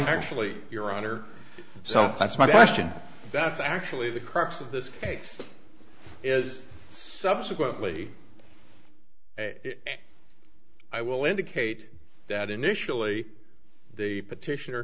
actually your honor so that's my question that's actually the crux of this case is subsequently i will indicate that initially the petition